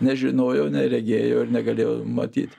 nežinojo neregėjo ir negalėjo matyt